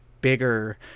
bigger